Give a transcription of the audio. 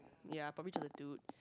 ya probably just a dude